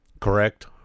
correct